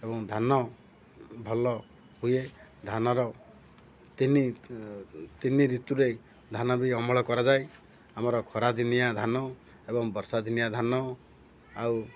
ଏବଂ ଧାନ ଭଲ ହୁଏ ଧାନର ତିନି ତିନି ଋତୁରେ ଧାନ ବି ଅମଳ କରାଯାଏ ଆମର ଖରାଦିନିଆ ଧାନ ଏବଂ ବର୍ଷାଦିନିଆ ଧାନ ଆଉ